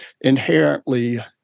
inherently